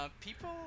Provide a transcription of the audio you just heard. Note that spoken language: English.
People